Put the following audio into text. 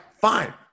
fine